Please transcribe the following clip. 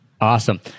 Awesome